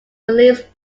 released